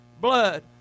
blood